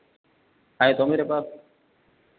है तो मेरे पास